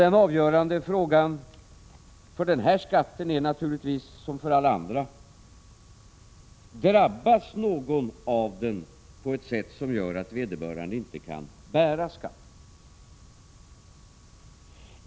Den avgörande frågan för den här skatten som för alla andra skatter är naturligtvis: Drabbas någon av den på ett sätt som gör att vederbörande inte kan bära skatten?